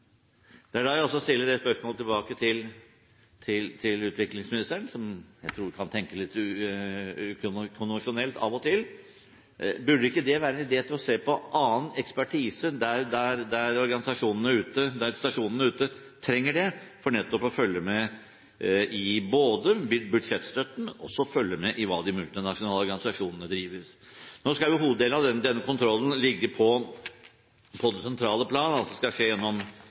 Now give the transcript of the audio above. og til: Burde ikke det være en idé å se på annen ekspertise der stasjonene ute trenger det, for nettopp å følge med både i budsjettstøtten og i hvordan de multinasjonale organisasjonene drives? Nå skal jo hoveddelen av denne kontrollen ligge på det sentrale plan; det skal skje gjennom